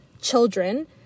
children